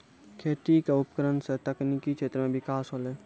खेती क उपकरण सें तकनीकी क्षेत्र में बिकास होलय